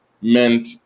meant